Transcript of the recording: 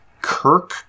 Kirk